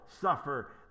suffer